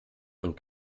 und